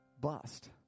bust